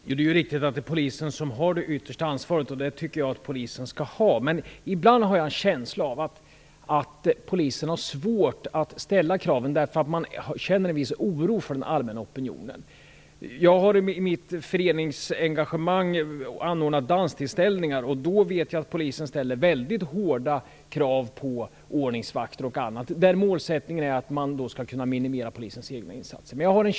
Fru talman! Det är riktigt att det är polisen som har det yttersta ansvaret, och det tycker jag att polisen skall ha. Men ibland har jag en känsla av att polisen har svårt att ställa krav, därför att man känner en viss oro från den allmänna opinionen. Jag har i mitt föreningsengagemang anordnat danstillställningar, och då har polisen ställt väldigt hårda krav på ordningsvakter och annat. Målsättningen är att man skall kunna minimera polisens egna insatser.